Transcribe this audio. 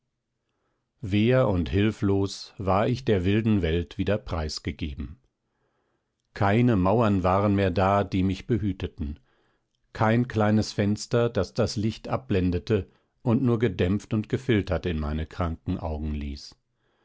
wehr und hilflos war ich der wilden welt wieder preisgegeben keine mauern waren mehr da die mich behüteten kein kleines fenster das das licht abblendete und nur gedämpft und gefiltert in meine kranken augen ließ